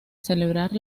celebrar